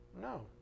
No